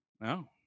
No